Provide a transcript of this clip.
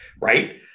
Right